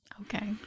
Okay